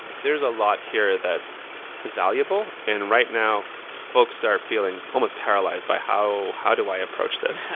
there's a lot here that's valuable. and right now folks are feeling almost paralyzed by how how do i approach this,